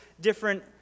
different